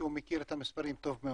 כי הוא מכיר את המספרים טוב מאוד,